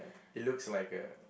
it looks like a